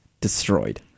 destroyed